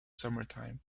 summertime